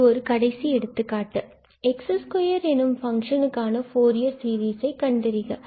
இது கடைசி எடுத்துக்காட்டு ஆகும் x2 எனும் ஃபங்ஷனுக்கு ஆன ஃபூரியர் சீரிசை கண்டறிக